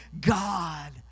God